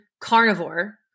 carnivore